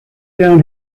down